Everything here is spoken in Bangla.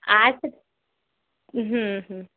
আচ্ছা হুম হুম